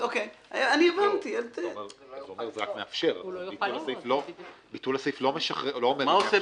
היום הסעיף רק מגביל אותם בעמלה?